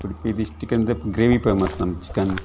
Udupi district ಅಂದರೆ gravy famous ನಮ್ಮ chicken